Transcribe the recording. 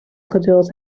geduld